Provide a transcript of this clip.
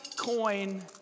coin